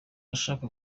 ashaka